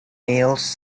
males